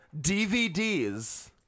DVDs